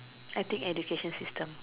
I think education system